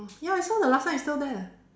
ya I saw the last time it's still there